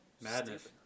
madness